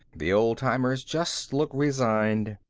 the old-timers just look resigned.